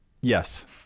yes